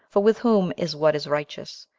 for with whom is what is righteous,